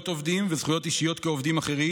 עובדים וזכויות אישיות כעובדים אחרים,